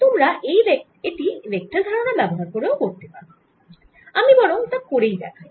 তোমরা এটি ভেক্টর ধারণা ব্যবহার করেও করতে পারো আমি বরং তা করেই দেখাই